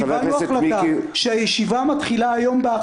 קיבלנו החלטה שהישיבה מתחילה היום ב-